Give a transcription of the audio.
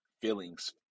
feelings